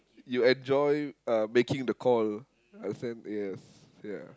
you enjoy uh making the call understand yes ya